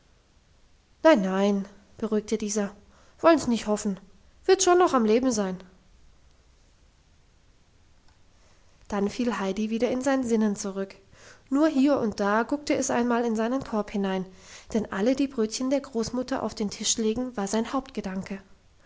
nein nein beruhigte dieser wollen's nicht hoffen wird schon noch am leben sein dann fiel heidi wieder in sein sinnen zurück nur hier und da guckte es einmal in seinen korb hinein denn alle die brötchen der großmutter auf den tisch legen war sein hauptgedanke